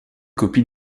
copie